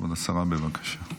כבוד השרה, בבקשה.